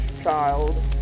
child